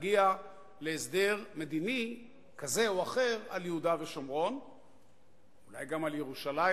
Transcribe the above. נגיע להסדר מדיני כזה או אחר על יהודה ושומרון ואולי גם על ירושלים,